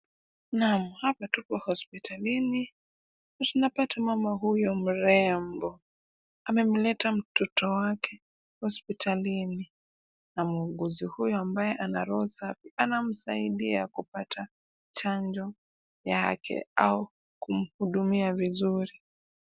Naam, hapa tuko hospitalini na tunapata mama huyu mrembo. Amemleta mtoto wake hospitalini na muuguzi huyu ambaye ana roho safi anamsaidia kupata chanjo yake au kumhudumia vizuri.